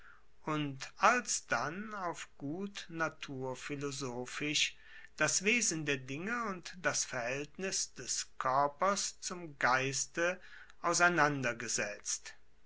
und alsdann auf gut naturphilosophisch das wesen der dinge und das verhaeltnis des koerpers zum geiste auseinandergesetzt